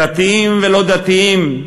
דתיים ולא דתיים,